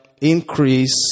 increase